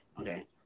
Okay